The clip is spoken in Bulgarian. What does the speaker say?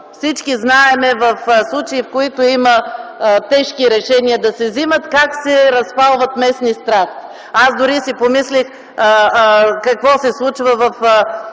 Всички знаем в случаи, в които има тежки решения да се вземат, как се разпалват местни страсти. Аз дори си помислих – какво се случва в